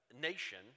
nation